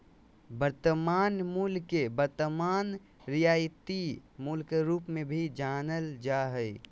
वर्तमान मूल्य के वर्तमान रियायती मूल्य के रूप मे भी जानल जा हय